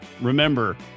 remember